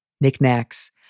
knickknacks